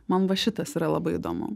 man va šitas yra labai įdomu